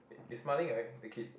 eh he smiling right the kid